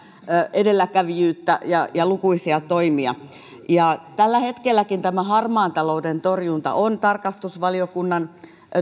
edelläkävijyyttä ja ja lukuisia toimia tällä hetkelläkin tämä harmaan talouden torjunta on tarkastusvaliokunnan